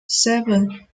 seven